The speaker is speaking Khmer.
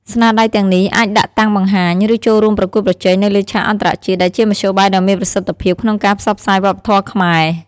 ស្នាដៃទាំងនេះអាចដាក់តាំងបង្ហាញ ឬចូលរួមប្រកួតប្រជែងនៅលើឆាកអន្តរជាតិ ដែលជាមធ្យោបាយដ៏មានប្រសិទ្ធភាពក្នុងការផ្សព្វផ្សាយវប្បធម៌ខ្មែរ។